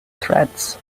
threads